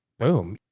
boom.